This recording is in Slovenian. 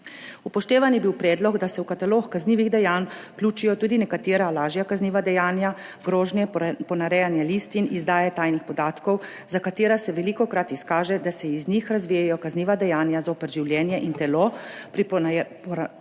Upoštevan je bil predlog, da se v katalog kaznivih dejanj vključijo tudi nekatera lažja kazniva dejanja – grožnje, ponarejanja listin, izdaje tajnih podatkov – za katera se velikokrat izkaže, da se iz njih razvijajo kazniva dejanja zoper življenje in telo, pri ponarejanju